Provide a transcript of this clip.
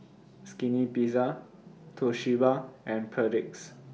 Skinny Pizza Toshiba and Perdix